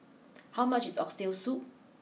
how much is Oxtail Soup